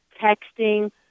texting